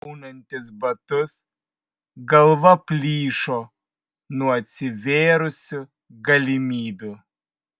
aunantis batus galva plyšo nuo atsivėrusių galimybių